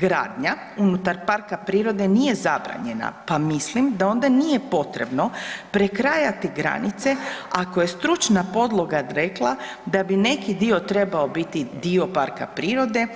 Gradnja unutar parka prirode nije zabranjena pa mislim da onda nije potrebno prekrajati granice ako je stručna podloga rekla da bi neki dio trebao biti dio parka prirode